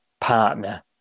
partner